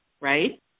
Right